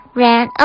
ran